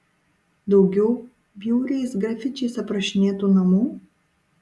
daugiau bjauriais grafičiais aprašinėtų namų